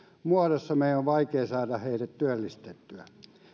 muodossa meidän on vaikea saada heidät työllistettyä